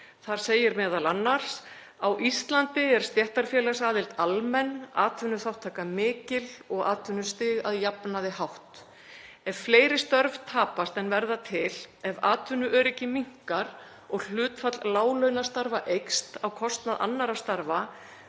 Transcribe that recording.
Þar segir m.a.: „Á Íslandi er stéttarfélagsaðild almenn, atvinnuþátttaka mikil og atvinnustig að jafnaði hátt. Ef fleiri störf tapast en verða til, ef atvinnuöryggi minnkar og hlutfall láglaunastarfa eykst á kostnað annarra starfa